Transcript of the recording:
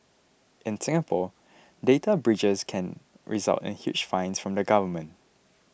in Singapore data breaches can result in huge fines from the government